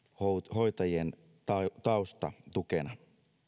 hoitajien taustatukena